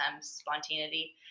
spontaneity